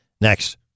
next